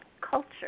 culture